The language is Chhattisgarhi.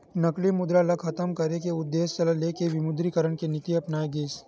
नकली मुद्रा ल खतम करे के उद्देश्य ल लेके विमुद्रीकरन के नीति अपनाए गिस